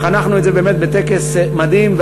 חנכנו את זה באמת בטקס מדהים,